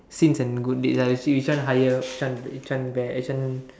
sins and good deeds right see which one higher which one bad which one